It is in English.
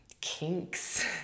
kinks